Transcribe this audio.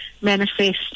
manifest